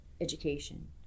education